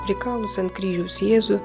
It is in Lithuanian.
prikalus ant kryžiaus jėzų